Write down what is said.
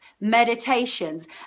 Meditations